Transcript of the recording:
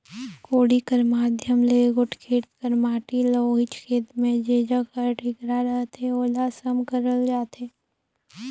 कोड़ी कर माध्यम ले एगोट खेत कर माटी ल ओहिच खेत मे जेजग हर टिकरा रहथे ओला सम करल जाथे